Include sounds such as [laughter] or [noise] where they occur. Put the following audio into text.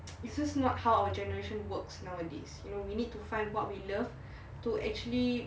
[noise] it's just not how our generation works nowadays you know we need to find what we love [breath] to actually